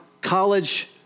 college